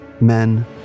Men